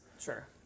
Sure